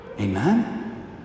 Amen